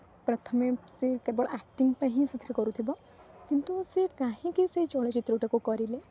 ପ୍ରଥମେ ସେ କେବଳ ଆକ୍ଟିଙ୍ଗ୍ ପାଇଁ ହିଁ ସେଥିରେ କରୁଥିବ କିନ୍ତୁ ସେ କାହିଁକି ସେ ଚଳଚ୍ଚିତ୍ରଟାକୁ କରିଲେ